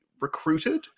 recruited